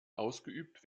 ausgeübt